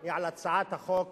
היא על הצעת החוק